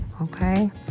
Okay